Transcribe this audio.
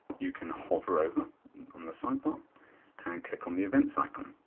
you can hover over on the sidebar and click on the events icon.